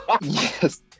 yes